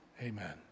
Amen